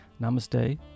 namaste